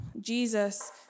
Jesus